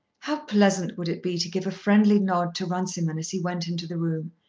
how pleasant would it be to give a friendly nod to runciman as he went into the room,